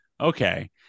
okay